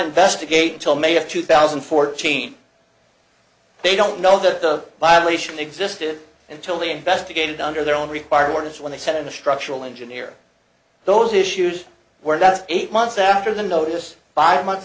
investigate until may of two thousand and fourteen they don't know that the violation existed until they investigated under their own required orders when they sent in the structural engineer those issues were that eight months after the notice by month